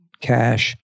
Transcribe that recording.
Cash